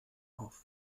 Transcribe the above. auf